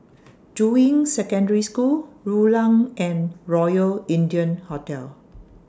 Juying Secondary School Rulang and Royal India Hotel